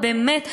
באמת,